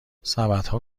سبدها